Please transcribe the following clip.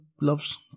loves